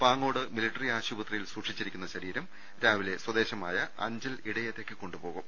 Pangode military ആശുപത്രിയിൽ സൂക്ഷിച്ചി രിക്കുന്ന ശരീരം രാവിലെ സ്വദേശമായ അഞ്ചൽ ഇടയത്തേയ്ക്ക് കൊണ്ടുപോകും